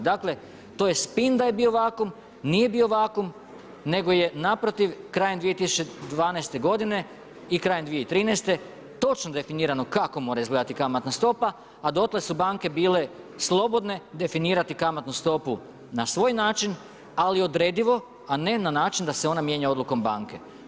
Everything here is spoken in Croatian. Dakle to je spin da je bio vakuum, nije bio vakuum nego je naprotiv krajem 2012. godine i krajem 2013. točno definirano kako mora izgledati kamatna stopa, a dotle su banke bile slobodne definirati kamatnu stopu na svoj način, ali odredivo, a ne na način da se ona mijenja odlukom banke.